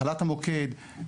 החלת המוקד,